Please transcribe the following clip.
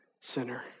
sinner